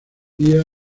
día